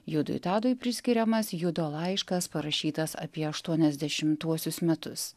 judui tadui priskiriamas judo laiškas parašytas apie aštuoniasdešimtuosius metus